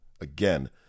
again